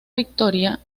victoria